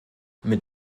mit